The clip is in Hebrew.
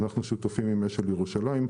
אנחנו שותפים עם אשל ירושלים.